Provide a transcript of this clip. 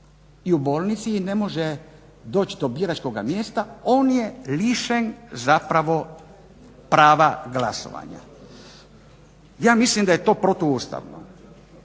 i u bolnici je i ne može doći do biračkoga mjesta. On je lišen zapravo prava glasovanja. Ja mislim da je to protu ustavno